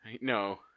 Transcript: No